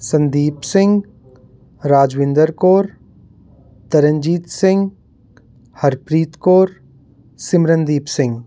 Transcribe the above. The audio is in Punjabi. ਸੰਦੀਪ ਸਿੰਘ ਰਾਜਵਿੰਦਰ ਕੌਰ ਤਰਨਜੀਤ ਸਿੰਘ ਹਰਪ੍ਰੀਤ ਕੌਰ ਸਿਮਰਨਦੀਪ ਸਿੰਘ